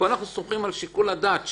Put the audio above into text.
פה אנחנו סומכים על שיקול הדעת שלו.